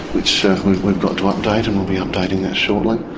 which we've got to update and we'll be updating that shortly.